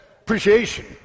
appreciation